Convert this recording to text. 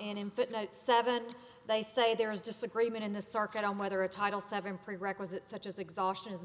in footnote seven they say there is disagreement in the circuit on whether a title seven prerequisite such as exhaustion is